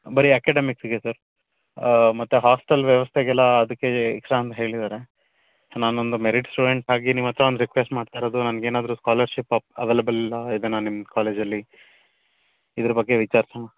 ಬರೀ ಅಕಾಡೆಮಿಕ್ಸ್ಗೆ ಸರ್ ಮತ್ತೆ ಹಾಸ್ಟೆಲ್ ವ್ಯವಸ್ಥೆಗೆಲ್ಲಾ ಅದಕ್ಕೆ ಎಕ್ಸ್ಟ್ರಾ ಅಂತ ಹೇಳಿದ್ದಾರೆ ಸೊ ನಾನೊಂದು ಮೆರಿಟ್ ಸ್ಟೂಡೆಂಟಾಗಿ ನಿಮ್ಮ ಹತ್ತಿರ ಒಂದು ರಿಕ್ವೆಸ್ಟ್ ಮಾಡ್ತಿರೋದು ನನಗೇನಾದ್ರೂ ಸ್ಕಾಲರ್ಶಿಪ್ ಆಫ್ ಅವೈಲೇಬಲ್ ಇದೇನಾ ನಿಮ್ಮ ಕಾಲೇಜಲ್ಲಿ ಇದರ ಬಗ್ಗೆ ವಿಚಾರಿಸೋಣ